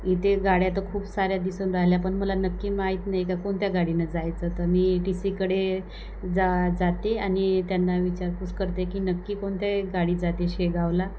इथे गाड्या तर खूप साऱ्या दिसून राहिल्या पण मला नक्की माहीत नाही का कोणत्या गाडीनं जायचं तर मी टी सीकडे जा जाते आणि त्यांना विचारपूस करते की नक्की कोणत्या ए गाडी जाते शेगावला